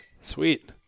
Sweet